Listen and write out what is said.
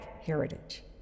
heritage